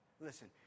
Listen